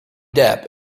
depp